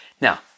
Now